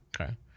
Okay